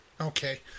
Okay